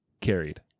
carried